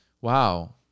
wow